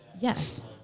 Yes